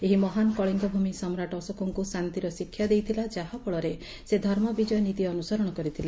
ଏହି ମହାନ କଳିଙ୍ଗଭ୍ମି ସମ୍ରାଟ ଅଶୋକଙ୍କୁ ଶାନ୍ତିର ଶିକ୍ଷା ଦେଇଥିଲା ଯାହା ଫଳରେ ସେ ଧର୍ମବିକୟ ନୀତି ଅନୁସରଣ କରିଥିଲେ